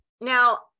Now